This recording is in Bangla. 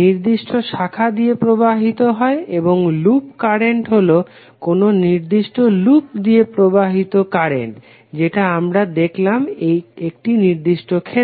নির্দিষ্ট শাখা দিয়ে প্রবাহিত হয় এবং লুপ কারেন্ট হলো কোনো নির্দিষ্ট লুপ দিয়ে প্রবাহিত কারেন্ট যেটা আমরা দেখলাম একটি নির্দিষ্ট ক্ষেত্রে